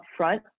upfront